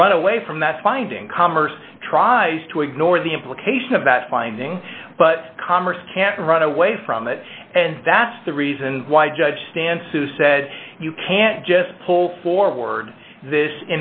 run away from that finding commerce tries to ignore the implication of that finding but commerce can't run away from it and that's the reason why judge stands to said you can't just pull forward this